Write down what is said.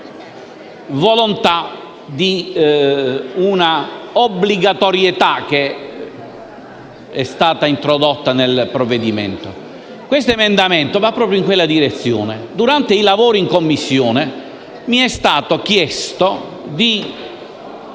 volontà di un'obbligatorietà che è stata introdotta nel provvedimento. L'emendamento 2.2 va proprio in questa direzione. Durante il lavoro in Commissione mi è stato chiesto di